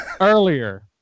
earlier